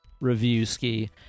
review-ski